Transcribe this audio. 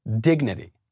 dignity